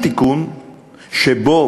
שאני לא אחתום על שום תיקון שבו,